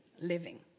living